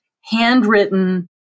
handwritten